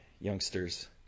youngsters